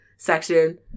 section